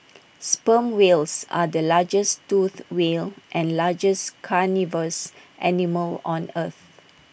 sperm whales are the largest toothed whales and largest carnivorous animals on earth